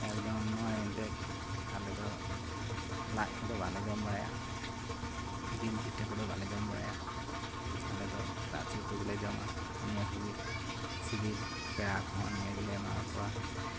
ᱮᱠᱫᱚᱢ ᱱᱚᱜᱼᱚᱭ ᱮᱱᱛᱮᱫ ᱟᱞᱮᱫᱚ ᱞᱟᱡ ᱠᱚᱫᱚ ᱵᱟᱞᱮ ᱡᱚᱢ ᱵᱟᱲᱟᱭᱟ ᱡᱤᱞ ᱯᱤᱴᱷᱟᱹ ᱠᱚᱫᱚ ᱵᱟᱞᱮ ᱡᱚᱢ ᱵᱟᱲᱟᱭᱟ ᱟᱞᱮᱫᱚ ᱨᱟᱥᱮ ᱩᱛᱩ ᱜᱮᱞᱮ ᱡᱚᱢᱟ ᱱᱤᱭᱟᱹ ᱠᱚᱜᱮ ᱥᱤᱵᱤᱞ ᱯᱮᱲᱟ ᱠᱚᱦᱚᱸ ᱱᱤᱭᱟᱹ ᱜᱮ ᱞᱮ ᱮᱢᱟ ᱟᱠᱚᱣᱟ